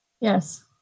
Yes